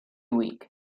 week